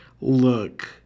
look